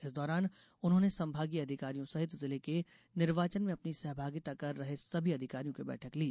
इस दौरान उन्होंने संभागीय अधिकारियों सहित जिले के निर्वाचन में अपनी सहभागिता कर रहे सभी अधिकारियों की बैठक ली